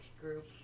group